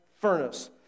furnace